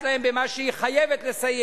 זו מחאה שבלבה העלבון על אדישות הממשלה לסבלות